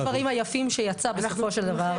אחד הדברים היפים שיצא בסופו של דבר,